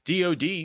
DOD